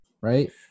right